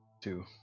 Two